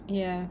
ya